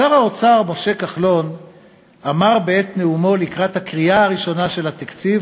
שר האוצר משה כחלון אמר בעת נאומו לקראת הקריאה הראשונה של התקציב,